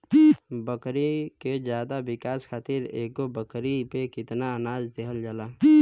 बकरी के ज्यादा विकास खातिर एगो बकरी पे कितना अनाज देहल जाला?